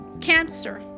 cancer